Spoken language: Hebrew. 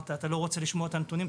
אמרת שאתה לא רוצה לשמוע את הנתונים.